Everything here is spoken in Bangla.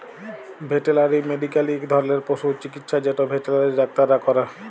ভেটেলারি মেডিক্যাল ইক ধরলের পশু চিকিচ্ছা যেট ভেটেলারি ডাক্তাররা ক্যরে